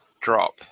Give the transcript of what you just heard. drop